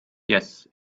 yes